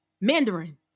Mandarin